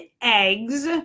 eggs